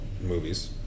movies